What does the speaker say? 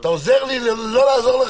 זה כרגע לא בסמכותנו.